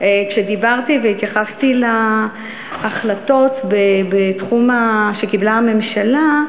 כשדיברתי והתייחסתי להחלטות בתחום שקיבלה הממשלה,